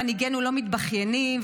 מנהיגינו לא מתבכיינים -- תודה רבה.